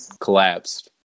collapsed